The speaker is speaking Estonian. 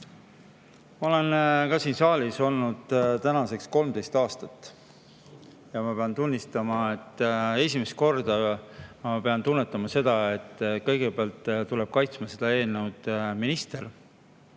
Ma olen siin saalis olnud tänaseks 13 aastat. Ja pean tunnistama, et esimest korda ma tunnetan seda, et kõigepealt tuleb kaitsma seda eelnõu minister,